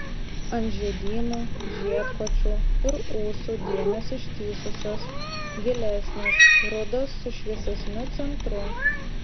ant žiedynų žiedkočių ir ūsų dėmės ištįsusios gilesnės rudos su šviesesniu centru